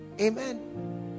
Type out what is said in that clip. amen